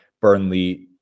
burnley